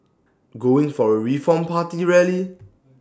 going for A reform party rally